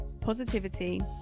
positivity